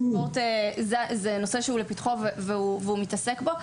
שזהו נושא שלפתחו והוא מתעסק בו,